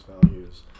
values